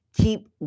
Keep